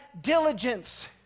diligence